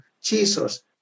Jesus